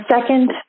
second